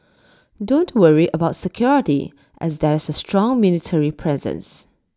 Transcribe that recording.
don't worry about security as there's A strong military presence